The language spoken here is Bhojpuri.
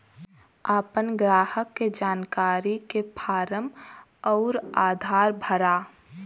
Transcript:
आपन ग्राहक के जानकारी के फारम अउर आधार भरा